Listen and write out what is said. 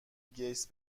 گیتس